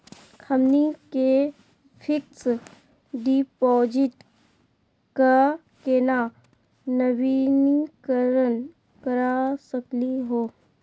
हमनी के fix deposit क केना नवीनीकरण करा सकली हो?